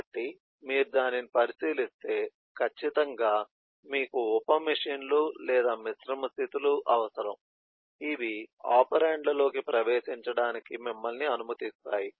కాబట్టి మీరు దానిని పరిశీలిస్తే ఖచ్చితంగా మీకు ఉప మెషీన్ లు లేదా మిశ్రమ స్థితులు అవసరం ఇవి ఒపెరాండ్లలోకి ప్రవేశించడానికి మిమ్మల్ని అనుమతిస్తాయి